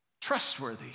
trustworthy